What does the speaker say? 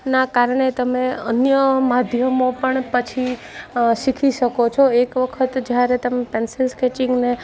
ના કારણે તમે અન્ય માધ્યમો પણ પછી શીખી શકો છો એક વખત જ્યારે તમે પેન્સિલ સ્કેચિંગને